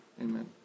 Amen